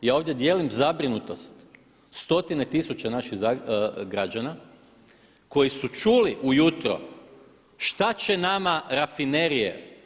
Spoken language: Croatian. Ja ovdje dijelim zabrinutost stotine tisuća naših građana koji su čuli ujutro šta će nama rafinerije.